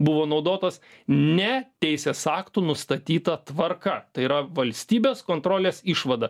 buvo naudotos ne teisės aktų nustatyta tvarka tai yra valstybės kontrolės išvada